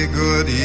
good